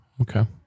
Okay